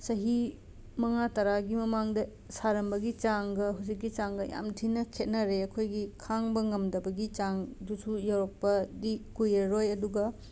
ꯆꯍꯤ ꯃꯉꯥ ꯇꯔꯥꯒꯤ ꯃꯃꯥꯡꯗ ꯁꯥꯔꯝꯕꯒꯤ ꯆꯥꯡꯒ ꯍꯨꯖꯤꯛꯀꯤ ꯆꯥꯡꯒ ꯌꯥꯝ ꯊꯤꯅ ꯈꯦꯠꯅꯔꯦ ꯑꯩꯈꯣꯏꯒꯤ ꯈꯥꯡꯕ ꯉꯃꯛꯇꯕꯒꯤ ꯆꯥꯡꯗꯨꯁꯨ ꯌꯧꯔꯛꯄ ꯗꯤ ꯀꯨꯏꯔꯔꯣꯏ ꯑꯗꯨꯒ